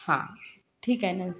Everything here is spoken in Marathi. हां ठीक आहे न